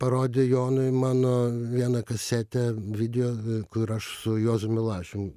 parodė jonui mano vieną kasetę video kur aš su juozu milašium